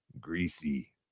greasy